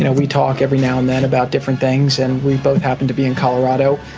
you know we talk every now and then about different things and we both happen to be in colorado.